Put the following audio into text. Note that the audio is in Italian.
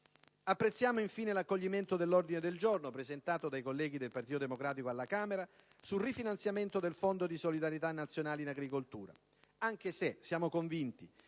Apprezziamo, infine, l'accoglimento dell'ordine del giorno presentato dai colleghi del Partito Democratico alla Camera sul rifinanziamento del Fondo di solidarietà nazionale in agricoltura, anche se siamo convinti